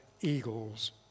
eagles